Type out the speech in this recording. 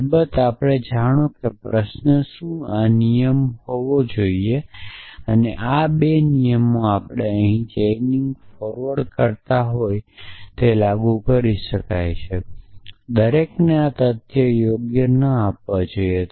અલબત્ત જાણો કે પ્રશ્ન શું આ નિયમ હોવો જોઈએ અને આ 2 નિયમો આપણે અહીં ચેઇનિંગ ફોરવર્ડ લાગુ કરી શકીએ છીએ કે દરેકને આ તથ્યોને યોગ્ય ન આપવો જોઈએ